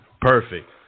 Perfect